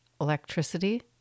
electricity